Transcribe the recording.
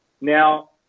Now